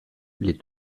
les